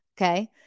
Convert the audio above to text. Okay